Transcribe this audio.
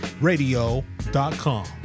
Radio.com